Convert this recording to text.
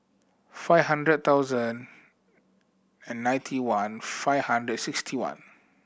five hundred thousand and ninety one five hundred sixty one